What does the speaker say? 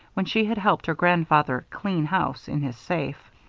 when she had helped her grandfather clean house in his safe.